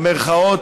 במירכאות,